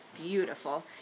beautiful